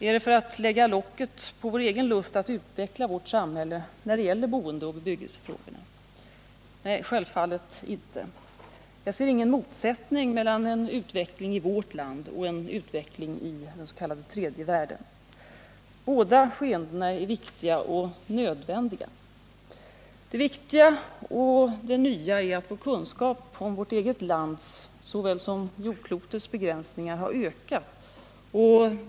Är det för att lägga locket på vår egen lust att utveckla vårt samhälle när det gäller boendeoch bebyggelsefrågorna? Nej, självfallet inte. Jag ser ingen motsättning mellan en utveckling i vårt land och en utveckling i den s.k. tredje världen. Båda skeendena är viktiga och nödvändiga. Det viktiga och det nya är att vår kunskap om vårt eget lands lika väl som jordklotets begränsningar har ökat.